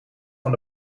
van